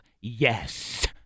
yes